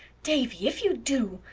davy! if you do!